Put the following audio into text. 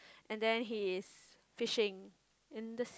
and then he is fishing in the